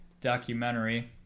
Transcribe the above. documentary